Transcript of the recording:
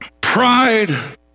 Pride